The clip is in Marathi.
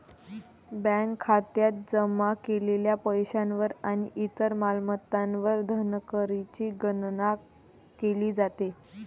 बँक खात्यात जमा केलेल्या पैशावर आणि इतर मालमत्तांवर धनकरची गणना केली जाते